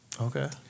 Okay